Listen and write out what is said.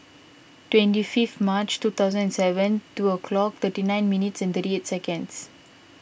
twenty fifth March two thousand and seven two o'clock thirty nine minutes and thirty eight seconds